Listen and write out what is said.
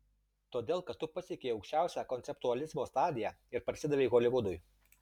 todėl kad tu pasiekei aukščiausią konceptualizmo stadiją ir parsidavei holivudui